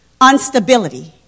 Unstability